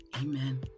Amen